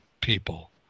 people